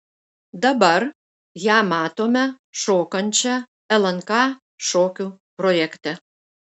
dabar ją matome šokančią lnk šokių projekte